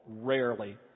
rarely